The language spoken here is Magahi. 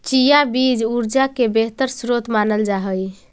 चिया बीज ऊर्जा के बेहतर स्रोत मानल जा हई